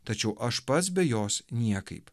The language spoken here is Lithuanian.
tačiau aš pats be jos niekaip